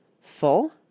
Full